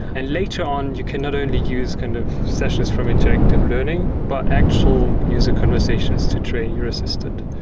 and later on you cannot only use kind of sessions from interactive learning, but actual user conversations to train your assistant.